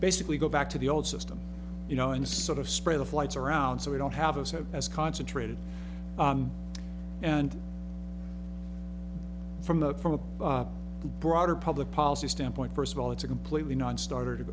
basically go back to the old system you know and sort of spread the flights around so we don't have a as concentrated and from the from a broader public policy standpoint first of all it's a completely nonstarter to